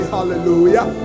Hallelujah